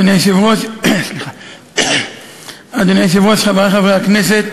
אדוני היושב-ראש, חברי חברי הכנסת,